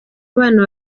abana